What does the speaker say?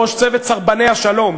ראש צוות סרבני השלום,